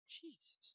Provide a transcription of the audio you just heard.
Jesus